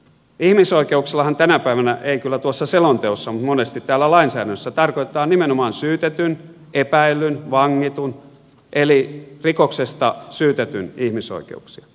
ihmisoikeuksillahan tänä päivänä ei kyllä tuossa selonteossa mutta monesti täällä lainsäädännössä tarkoitetaan nimenomaan syytetyn epäillyn vangitun eli rikoksesta syytetyn ihmisoikeuksia